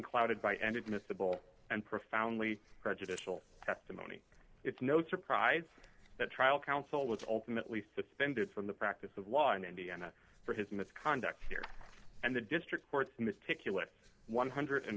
clouded by and admissible and profoundly prejudicial testimony it's no surprise that trial counsel was ultimately suspended from the practice of law in indiana for his misconduct here and the district courts must take us one hundred and